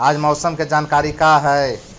आज मौसम के जानकारी का हई?